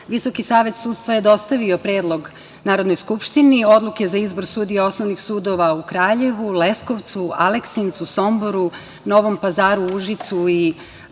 Visoki savet sudstva je dostavio predlog Narodnoj skupštini, odluke za izbor sudija, osnovnih sudova u Kraljevu, Leskovcu, Aleksincu, Somboru, Novom Pazaru, Užicu i